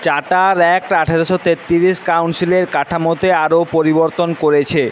charter act আঠেরোশো তেত্তিরিশ কাউন্সিলের কাঠামোতে আরও পরিবর্তন করেছে